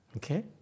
Okay